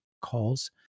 calls